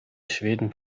schweden